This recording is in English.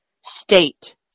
state